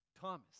Thomas